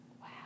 wow